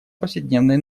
повседневной